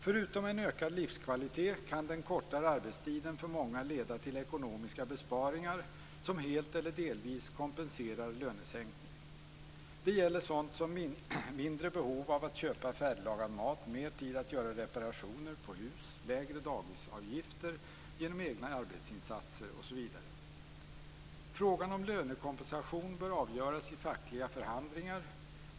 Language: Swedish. Förutom en ökad livskvalitet kan den kortare arbetstiden för många leda till ekonomiska besparingar som helt eller delvis kompenserar lönesänkningen. Det gäller sådant som mindre behov av att köpa färdiglagad mat, mer tid att göra reparationer på hus, lägre dagisavgifter genom egna arbetsinsatser, osv. Frågan om lönekompensation bör avgöras i fackliga förhandlingar.